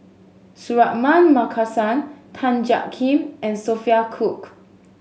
Suratman Markasan Tan Jiak Kim and Sophia Cooke